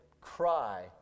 cry